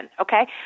Okay